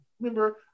remember